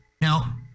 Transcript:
now